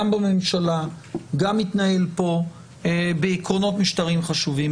בממשלה וגם פה בעקרונות משטרים חשובים.